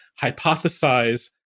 hypothesize